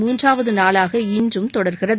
மூன்றாவது நாளாக இன்றும் தொடர்கிறது